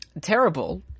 Terrible